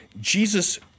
Jesus